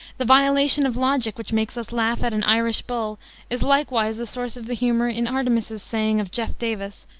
the violation of logic which makes us laugh at an irish bull is likewise the source of the humor in artemus's saying of jeff davis,